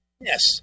Yes